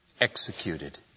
executed